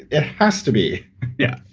it has to be yeah.